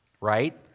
right